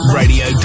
radio